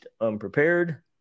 unprepared